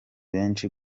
benshi